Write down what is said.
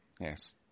Yes